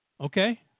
okay